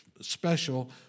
special